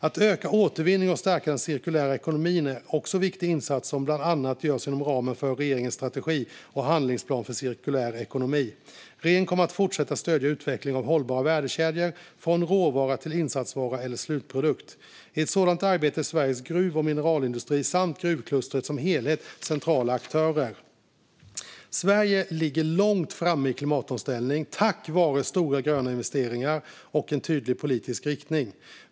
Att öka återvinning och stärka den cirkulära ekonomin är viktiga insatser som bland annat görs inom ramen för regeringens strategi och handlingsplan för cirkulär ekonomi. Regeringen kommer att fortsätta att stödja utvecklingen av hållbara värdekedjor från råvara till insatsvara eller slutprodukt. I ett sådant arbete är Sveriges gruv och mineralindustri samt gruvklustret som helhet centrala aktörer. Sverige ligger långt framme i klimatomställningen, tack vare stora gröna investeringar och en tydlig politisk riktning.